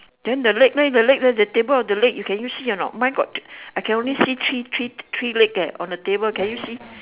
then the leg then the leg the table of the leg can you see or not mine got I can only see three three three leg eh on the table can you see